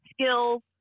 skills